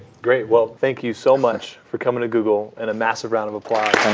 great. well, thank you so much for coming to google, and a massive round of applause.